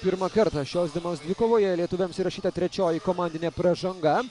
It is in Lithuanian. pirmą kartą šios dienos kovoje lietuviams įrašyta trečioji komandinė pražanga